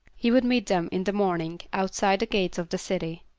he would meet them in the morning outside the gates of the city.